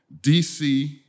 DC